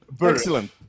Excellent